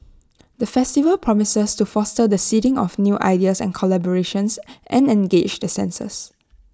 the festival promises to foster the seeding of new ideas and collaborations and engage the senses